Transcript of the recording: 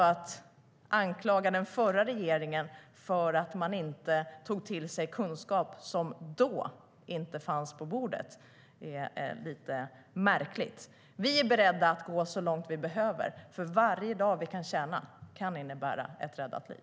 Att anklaga den förra regeringen för att den inte tog till sig kunskap som då inte fanns på bordet är lite märkligt. Vi är beredda att gå så långt vi behöver. Varje dag vi kan tjäna in kan innebära ett räddat liv.